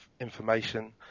information